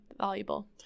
Valuable